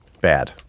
bad